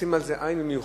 לשים על זה עין במיוחד,